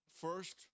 first